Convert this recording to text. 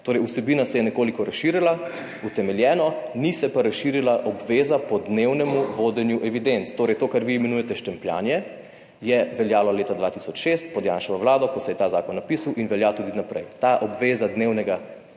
Torej vsebina se je nekoliko razširila, utemeljeno, ni se pa razširila obveza po dnevnem vodenju evidenc. Torej to, kar vi imenujete štempljanje, je veljalo leta 2006 pod Janševo vlado, ko se je ta zakon napisal in velja tudi naprej. Ta obveza dnevnega vodenja